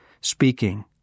speaking